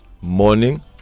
morning